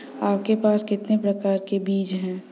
आपके पास कितने प्रकार के बीज हैं?